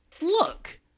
Look